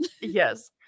Yes